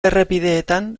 errepideetan